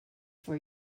for